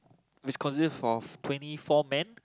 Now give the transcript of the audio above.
which consist of twenty four men